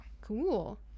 Cool